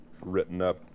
written-up